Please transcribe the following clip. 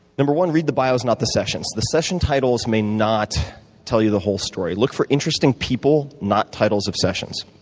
one, read the bios not the sessions. the session titles may not tell you the whole story. look for interesting people, not titles of sessions.